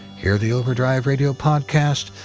hear the overdrive radio podcast,